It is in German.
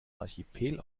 archipel